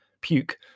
Puke